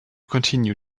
continue